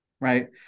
right